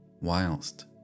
whilst